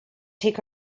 take